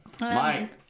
Mike